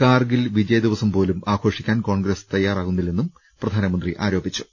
കാർഗിൽ വിജയദിവസം പോലും ആഘോഷിക്കാൻ കോൺഗ്രസ് തയ്യാറാകുന്നി ല്ലെന്നും പ്രധാനമന്ത്രി ആരോപിച്ചു